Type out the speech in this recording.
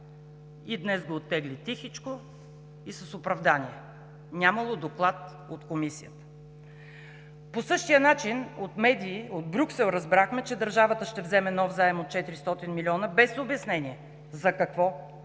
и днес го оттегли тихичко и с оправдание – нямало доклад от Комисията. По същия начин от медии от Брюксел разбрахме, че държавата ще вземе нов заем от 400 милиона без обяснения за какво,